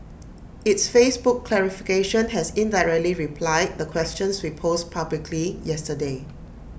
its Facebook clarification has indirectly replied the questions we posed publicly yesterday